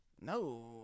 No